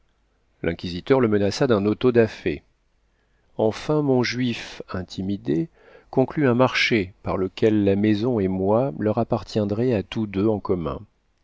l'inquisiteur le menaça d'un auto da fé enfin mon juif intimidé conclut un marché par lequel la maison et moi leur appartiendraient à tous deux en commun